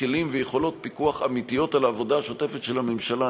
כלים ויכולות פיקוח אמיתיות על העבודה השוטפת של הממשלה.